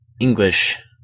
English